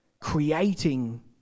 creating